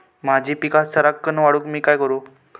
माझी पीक सराक्कन वाढूक मी काय करू?